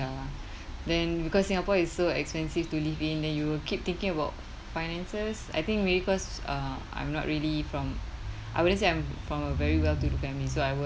then because singapore is so expensive to live in then you will keep thinking about finances I think maybe cause uh I'm not really from I wouldn't say I'm from a very well to do family so I will